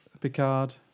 Picard